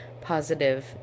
positive